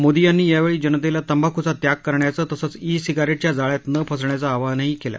मोदी यांनी यावेळी जनतेला तंबाखूचा त्याग करण्याचं तसंच ई सिगारेटच्या जाळ्यात न फसण्याचं आवाहनही जनतेला केलं